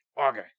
Okay